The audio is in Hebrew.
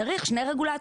צריך שני רגולטורים.